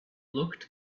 looked